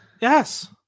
Yes